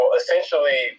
essentially